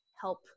help